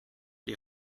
die